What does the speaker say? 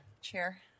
Chair